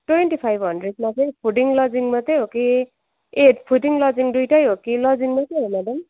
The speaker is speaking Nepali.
ट्वेन्टी फाइभ हन्ड्रेडमा चाहिँ फुडिङ लजिङ मात्रै हो कि ए फुडिङ लजिङ दुइटै हो कि लजिङ मात्रै हो म्याडम